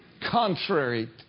Contrary